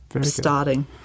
starting